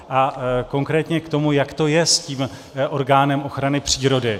A konkrétně k tomu, jak to je s tím orgánem ochrany přírody.